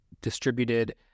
distributed